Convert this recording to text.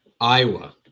iowa